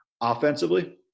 Offensively